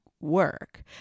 work